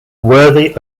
worthy